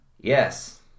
yes